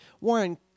Warren